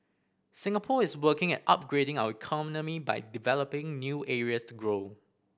Singapore is working at upgrading our economy by developing new areas to grow